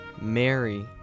Mary